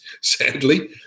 sadly